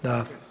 Da.